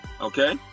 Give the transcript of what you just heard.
okay